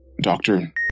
Doctor